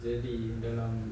the the